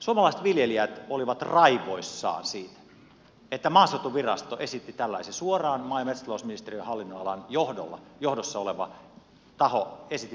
suomalaiset viljelijät olivat raivoissaan siitä että maaseutuvirasto suoraan maa ja metsätalousministeriön hallinnonalan alaisuudessa oleva taho esitti tällaisia